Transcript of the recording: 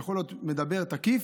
יכול להיות שהוא היה מדבר תקיף,